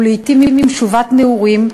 לעתים במשובת נעורים,